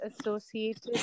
associated